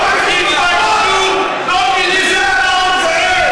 זאת בושה.